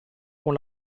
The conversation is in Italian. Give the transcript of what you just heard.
con